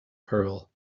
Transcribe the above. pearl